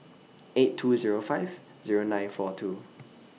eight two Zero five Zero nine four two